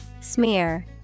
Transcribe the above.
Smear